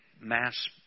mass